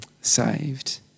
saved